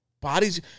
Bodies